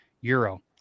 euro